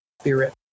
spirit